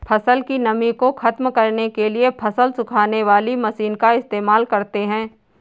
फसल की नमी को ख़त्म करने के लिए फसल सुखाने वाली मशीन का इस्तेमाल करते हैं